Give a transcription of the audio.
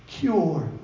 cure